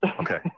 Okay